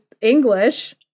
English